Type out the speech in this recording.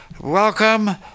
Welcome